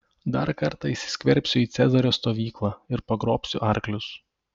dar kartą įsiskverbsiu į cezario stovyklą ir pagrobsiu arklius